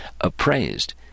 appraised